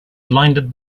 blinded